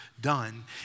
done